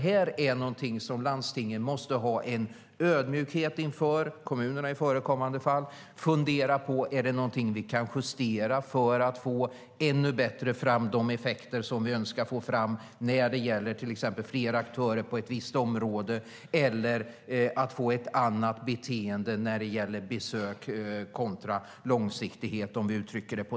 Här måste landstingen visa ödmjukhet, kommunerna i förekommande fall, och fundera över om det finns något som kan justeras för att ännu bättre få fram önskade effekter när det gäller till exempel fler aktörer på ett visst område eller att få ett annat beteende när det gäller besök kontra långsiktighet.